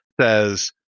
says